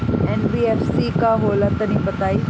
NBFC का होला तनि बताई?